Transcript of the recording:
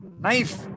Knife